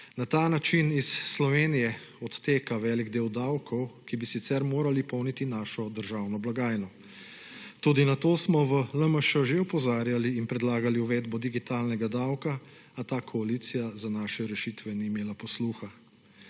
Na ta način iz Slovenije odteka velik del davkov, ki bi sicer morali polniti našo državno blagajno. Tudi na to smo v LMŠ že opozarjali in predlagali uvedbo digitalnega davka, a ta koalicija za naše rešitve ni imela posluha